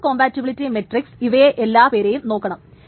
lock compatibility metrics ഇവയെ എല്ലാ പേരേയും നോക്കണം